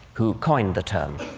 who coined the term.